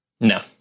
no